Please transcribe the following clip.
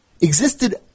existed